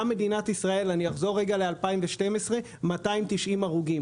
במדינת ישראל היו ב-2012, 290 הרוגים.